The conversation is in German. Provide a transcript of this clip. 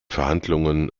verhandlungen